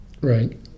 Right